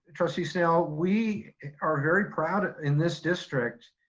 trustee, snell, we are very proud, in this district,